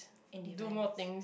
independence